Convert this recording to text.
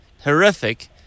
horrific